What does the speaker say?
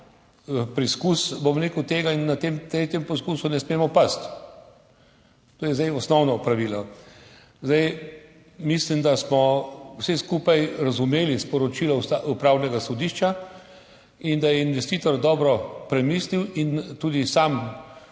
preizkus in na tem tretjem preizkusu ne smemo pasti. To je zdaj osnovno pravilo. Mislim, da smo vsi skupaj razumeli sporočilo Upravnega sodišča in da je investitor dobro premislil in tudi sam